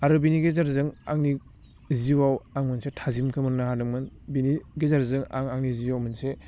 आरो बिनि गेजेरजों आंनि जिउवाव आं मोनसे थाजिमखौ मोननो हादोंमोन बिनि गेजेरजों आं आंनि जिउवाव मोनसे